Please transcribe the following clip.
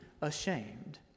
ashamed